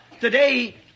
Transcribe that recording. today